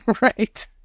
Right